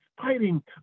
fighting